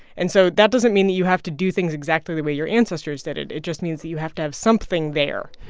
and so that doesn't mean that you have to do things exactly the way your ancestors did it, it just means that you have to have something there.